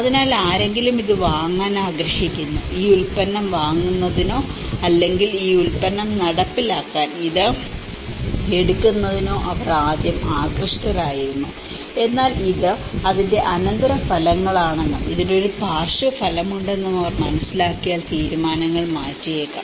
അതിനാൽ ആരെങ്കിലും ഇത് വാങ്ങാൻ ആഗ്രഹിക്കുന്നു ഈ ഉൽപ്പന്നം വാങ്ങുന്നതിനോ അല്ലെങ്കിൽ ഈ ഉൽപ്പന്നം നടപ്പിലാക്കാൻ ഇത് എടുക്കുന്നതിനോ ആദ്യം അവർ വളരെ ആകൃഷ്ടരായിരുന്നു എന്നാൽ ഇത് അതിന്റെ അനന്തരഫലങ്ങളാണെന്നും ഇതിന് ഒരു പാർശ്വഫലമുണ്ടെന്നും അവർ മനസ്സിലാക്കിയാൽ തീരുമാനങ്ങൾ മാറ്റിയേക്കാം